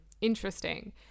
interesting